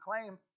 claim